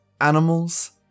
Animals